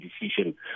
decision